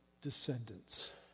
descendants